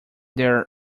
their